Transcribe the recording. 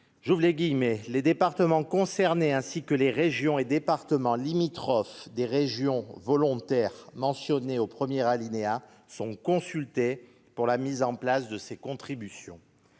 Les départements concernés ainsi que les régions et départements limitrophes des régions volontaires mentionnées au premier alinéa sont consultés pour la mise en place de ces contributions.